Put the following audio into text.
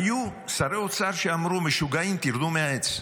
היו שרי אוצר שאמרו: משוגעים, תרדו מהעץ.